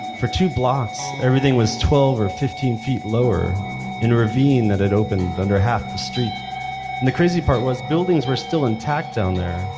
for two blocks, everything was twelve or fifteen feet lower in a ravine that had opened under half the street, and the crazy part was buildings were still intact down there.